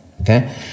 okay